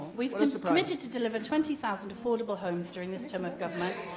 we've and so committed to deliver twenty thousand affordable homes during this term of government,